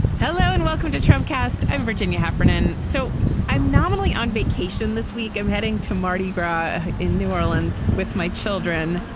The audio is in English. hello and welcome to trump cast. i'm virginia heffernan. so i'm nominally on vacation this week. i'm heading to mardi gras in new orleans with my children.